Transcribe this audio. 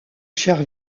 chair